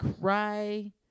cry